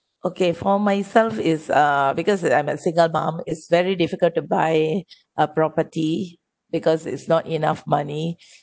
okay for myself it's uh because that I'm a single mom is very difficult to buy a property because is not enough money